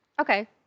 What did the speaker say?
okay